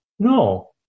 No